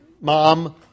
mom